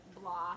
blah